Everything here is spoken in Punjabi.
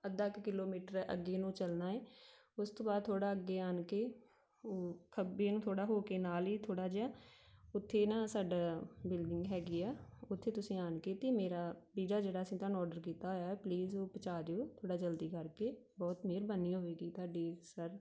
ਅੱਧਾ ਕੁ ਕਿਲੋਮੀਟਰ ਅੱਗੇ ਨੂੰ ਚਲਣਾ ਹੈ ਉਸ ਤੋਂ ਬਾਅਦ ਥੋੜ੍ਹਾ ਅੱਗੇ ਆਣ ਕੇ ਉਹ ਖੱਬੇ ਨੂੰ ਥੋੜ੍ਹਾ ਹੋ ਕੇ ਨਾਲ ਹੀ ਥੋੜ੍ਹਾ ਜਿਹਾ ਉੱਥੇ ਨਾ ਸਾਡਾ ਬਿਲਡਿੰਗ ਹੈਗੀ ਆ ਉੱਥੇ ਤੁਸੀਂ ਆਣ ਕੇ ਅਤੇ ਮੇਰਾ ਪੀਜਾ ਜਿਹੜਾ ਅਸੀਂ ਤੁਹਾਨੂੰ ਔਡਰ ਕੀਤਾ ਹੋਇਆ ਪਲੀਜ਼ ਉਹ ਪਹੁੰਚਾ ਦਿਓ ਥੋੜ੍ਹਾ ਜਲਦੀ ਕਰਕੇ ਬਹੁਤ ਮਿਹਰਬਾਨੀ ਹੋਵੇਗੀ ਤੁਹਾਡੀ ਸਰ